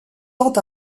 tant